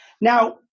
now